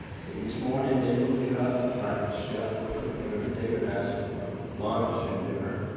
so each morning david would get up, the private chef would cook whatever david asked for, lunch and dinner.